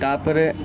ତା'ପରେ